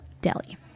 Delhi